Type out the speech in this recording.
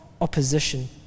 opposition